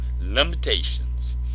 limitations